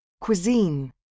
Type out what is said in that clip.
Cuisine